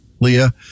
Leah